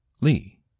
Lee